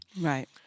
right